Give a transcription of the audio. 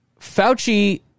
Fauci